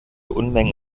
unmengen